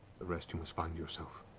the rest you must find yourself.